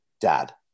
Dad